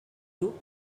grup